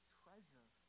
treasure